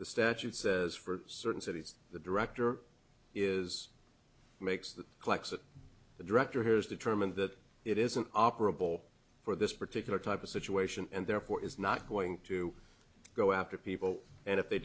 the statute says for certain cities the director is makes the collection the director has determined that it isn't operable for this particular type of situation and therefore is not going to go after people and if they